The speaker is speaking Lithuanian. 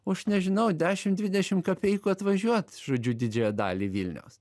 už nežinau dešim dvidešim kapeikų atvažiuot žodžiu didžiąją dalį vilniaus